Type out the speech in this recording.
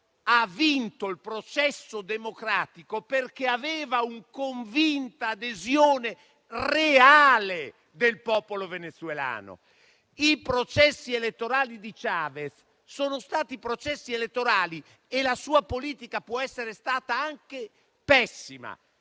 ha vinto il processo democratico, perché aveva una convinta e reale adesione del popolo venezuelano. I processi elettorali di Chavez sono stati veri processi elettorali. La sua politica può essere stata anche pessima,